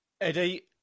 Eddie